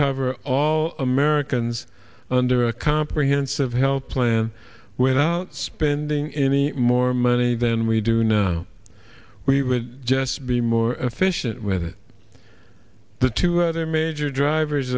cover all americans under a comprehensive health plan without spending any more money than we do now we would just be more efficient with it the two other major drivers